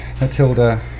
Matilda